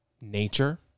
nature